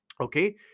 Okay